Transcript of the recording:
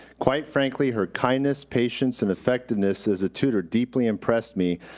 quite frankly, her kindness, patience and effectiveness as a tutor deeply impressed me.